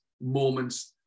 moments